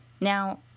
Now